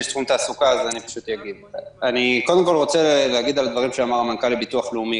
אני רוצה להתייחס לדברים שאמר מנכ"ל הביטוח הלאומי,